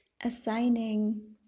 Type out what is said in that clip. Assigning